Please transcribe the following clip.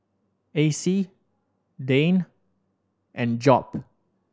Acey Dayne and Job